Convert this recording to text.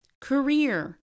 career